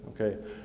Okay